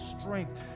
strength